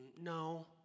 no